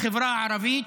לחברה הערבית,